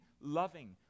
loving